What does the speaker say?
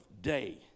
day